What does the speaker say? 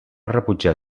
rebutjar